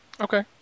Okay